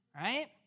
right